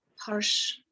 harsh